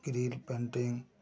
grill painting